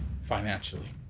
financially